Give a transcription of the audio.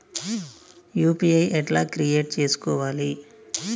UPI ఎట్లా create చేసుకోవాలి?